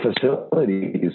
facilities